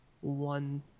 one